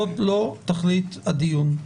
זאת לא תכלית הדיון.